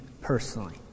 personally